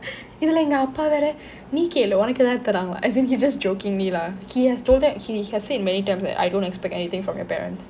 இதுலே எங்க அப்பா வேறே நீ கேளு உனக்கு ஏதாவது தருவார்களா:ithule enga appa vere nee kelu unakku yethaavathu tharuvaangala as in he just jokingly lah he has told that he has said many times that I don't expect anything from your parents